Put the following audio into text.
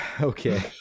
Okay